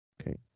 Okay